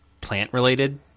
plant-related